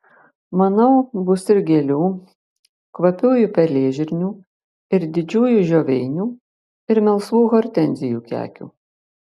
manau bus ir gėlių kvapiųjų pelėžirnių ir didžiųjų žioveinių ir melsvų hortenzijų kekių